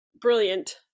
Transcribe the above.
brilliant